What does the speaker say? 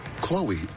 Chloe